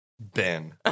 Ben